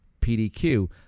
PDQ